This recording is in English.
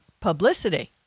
publicity